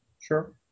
Sure